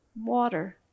water